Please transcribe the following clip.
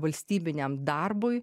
valstybiniam darbui